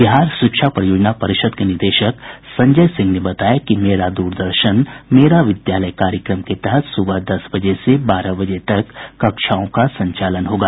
बिहार शिक्षा परियोजना परिषद के निदेशक संजय सिंह ने बताया कि मेरा दूरदर्शन मेरा विद्यालय कार्यक्रम के तहत सुबह दस बजे से बारह बजे तक कक्षाओं का संचालन होगा